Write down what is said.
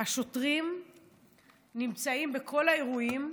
השוטרים נמצאים בכל האירועים,